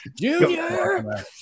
Junior